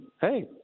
hey